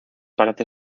parece